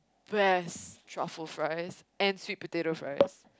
best truffle fries and sweet potato fries